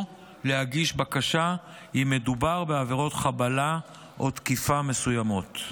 להגיש בקשה אם מדובר בעבירות חבלה או תקיפה מסוימות.